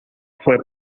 fue